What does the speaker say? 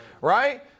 right